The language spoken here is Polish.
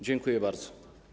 Dziękuję bardzo.